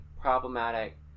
problematic